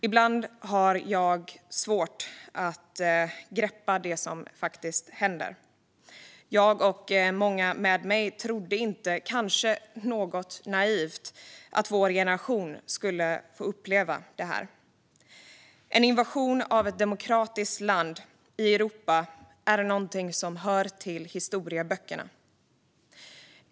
Ibland har jag svårt att greppa det som faktiskt händer. Jag och många med mig trodde inte, kanske något naivt, att vår generation skulle få uppleva det här. En invasion av ett demokratiskt land i Europa är något som hör till historieböckerna.